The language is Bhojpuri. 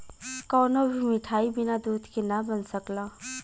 कवनो भी मिठाई बिना दूध के ना बन सकला